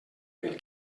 pel